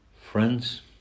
Friends